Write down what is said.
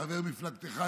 חבר מפלגתך,